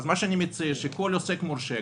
אני מציע שכל עוסק מורשה,